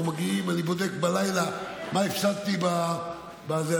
אנחנו מגיעים, אני בודק בלילה מה הפסדתי בזה.